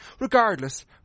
Regardless